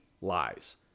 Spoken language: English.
lies